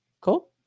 cool